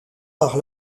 par